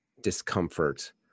discomfort